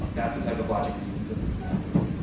that's the type of logic that you can put into the operator